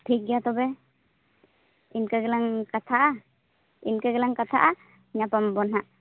ᱴᱷᱤᱠ ᱜᱮᱭᱟ ᱛᱚᱵᱮ ᱤᱱᱠᱟᱹ ᱜᱮᱞᱟᱝ ᱠᱟᱛᱷᱟᱜᱼᱟ ᱤᱱᱠᱟᱹ ᱜᱮᱞᱟᱝ ᱠᱟᱛᱷᱟᱜᱼᱟ ᱧᱟᱯᱟᱢ ᱟᱵᱚᱱ ᱦᱟᱸᱜ